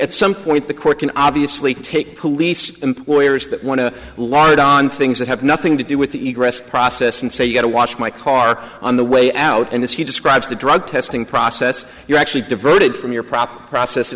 at some point the court can obviously take police employers that want to lard on things that have nothing to do with the process and say you got to watch my car on the way out and as he describes the drug testing process you're actually diverted from your proper process